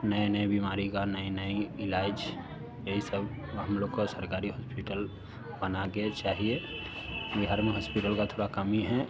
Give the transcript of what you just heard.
नए नए बीमारी का नए नए इलाज यही सब हम लोग का सरकारी होस्पिटल बना कर चाहिए बिहार में हॉस्पिटल का थोड़ा कमी है